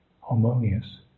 harmonious